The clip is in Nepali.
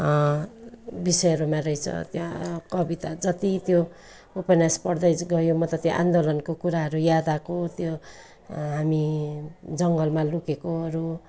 विषयहरूमा रहेछ त्यहाँ कविता जति त्यो उपन्यास पढदै गयो म त आन्दोलनको कुराहरू याद आएको त्यो हामी जङ्गलमा लुकेकोहरू